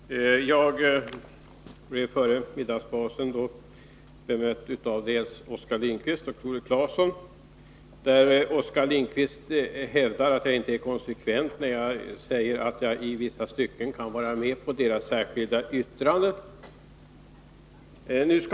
Fru talman! Jag blev före middagspausen bemött av Oskar Lindkvist och Tore Claeson. Oskar Lindkvist hävdar att jag inte är konsekvent när jag säger att jag i vissa stycken kan vara med på socialdemokraternas särskilda yttrande.